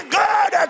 good